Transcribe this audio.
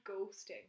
ghosting